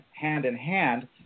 hand-in-hand